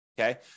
okay